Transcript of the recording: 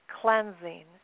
cleansing